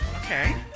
Okay